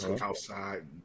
Outside